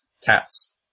cats